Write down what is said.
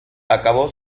acabó